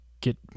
get